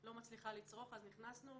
לא מצליחה לצרוך, אז נכנסנו.